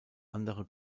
andere